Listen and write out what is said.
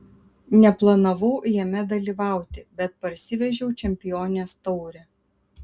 neplanavau jame dalyvauti bet parsivežiau čempionės taurę